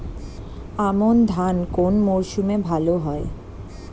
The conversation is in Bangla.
আমন ধান কোন মরশুমে ভাল হয়?